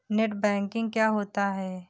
Net banking क्या होता है?